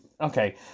Okay